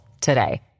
today